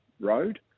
road